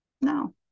No